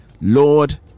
Lord